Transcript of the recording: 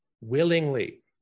willingly